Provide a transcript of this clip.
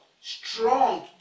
Strong